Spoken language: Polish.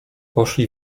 poszli